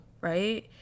right